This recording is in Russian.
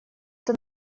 это